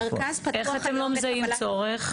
איך אתם לא מזהים צורך?